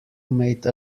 made